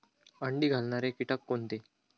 अंडी घालणारे किटक कोणते?